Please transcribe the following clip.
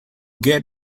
get